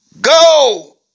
go